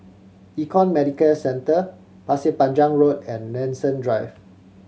Econ Medicare Centre Pasir Panjang Road and Nanson Drive